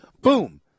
boom